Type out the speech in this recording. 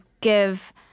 give